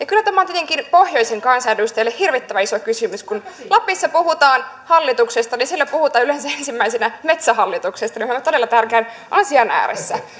kyllä tämä on tietenkin pohjoisen kansanedustajalle hirvittävän iso kysymys kun lapissa puhutaan hallituksesta niin siellä puhutaan yleensä ensimmäisenä metsähallituksesta eli olemme todella tärkeän asian ääressä